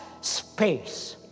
space